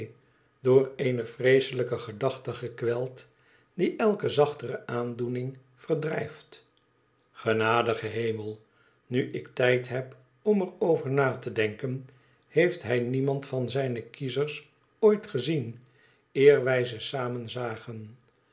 door eene vreeselijke gedachte gekweld die elke zachtere aandoening verdrijft genadige hemel nu ik tijd heb om er over na te denken heeft hij niemand van zijne kiezers ooit gezien eer wij ze samen